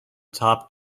top